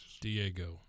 Diego